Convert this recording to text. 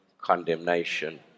condemnation